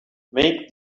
make